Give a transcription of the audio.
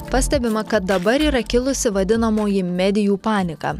pastebima kad dabar yra kilusi vadinamoji medijų panika